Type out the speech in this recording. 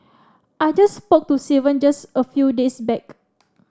I just spoke to Steven just a few days back